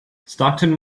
stockton